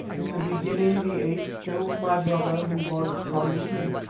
in the beginning the ape killed my brother who was kalubi,